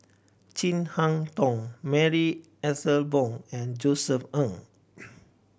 Chin Harn Tong Marie Ethel Bong and Josef Ng